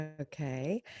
Okay